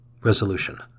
RESOLUTION